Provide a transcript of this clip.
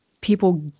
people